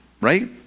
right